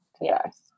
Yes